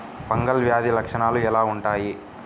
Fungal వ్యాధి లక్షనాలు ఎలా వుంటాయి?